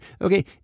Okay